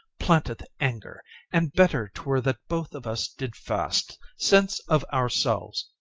planteth anger and better twere that both of us did fast, since, of ourselves,